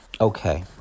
Okay